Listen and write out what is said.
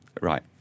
right